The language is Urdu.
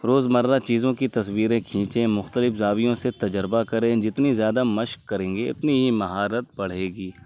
روز مرہ چیزوں کی تصویریں کھینچیں مختلف زاویوں سے تجربہ کریں جتنی زیادہ مشق کریں گے اتنی ہی مہارت بڑھے گی